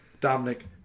Dominic